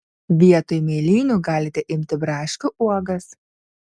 vietoj mėlynių galite imti braškių uogas